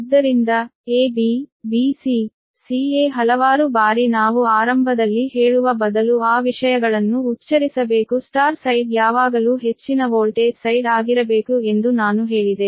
ಆದ್ದರಿಂದ A B B C C A ಹಲವಾರು ಬಾರಿ ನಾವು ಆರಂಭದಲ್ಲಿ ಹೇಳುವ ಬದಲು ಆ ವಿಷಯಗಳನ್ನು ಉಚ್ಚರಿಸಬೇಕು ಸ್ಟಾರ್ ಸೈಡ್ ಯಾವಾಗಲೂ ಹೆಚ್ಚಿನ ವೋಲ್ಟೇಜ್ ಸೈಡ್ ಆಗಿರಬೇಕು ಎಂದು ನಾನು ಹೇಳಿದೆ